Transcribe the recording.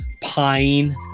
Pine